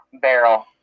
barrel